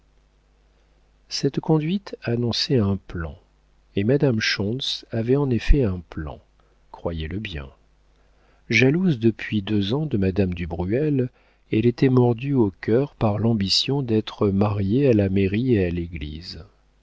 cette conduite annonçait un plan et madame schontz avait en effet un plan croyez-le bien jalouse depuis deux ans de madame du bruel elle était mordue au cœur par l'ambition d'être mariée à la mairie et à l'église